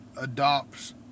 adopts